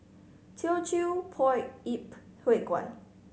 Teochew Poit Ip Huay Kuan